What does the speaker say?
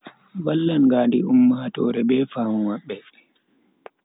Vallan ngaandi ummatoore be famu mabbe.